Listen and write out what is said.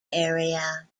area